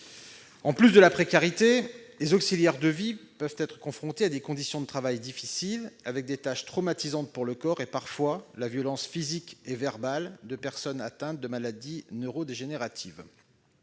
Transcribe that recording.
de personnel. En outre, les auxiliaires de vie peuvent être confrontés à des conditions de travail difficiles, avec des tâches traumatisantes pour le corps et, parfois, la violence physique et verbale de personnes atteintes de maladies neurodégénératives.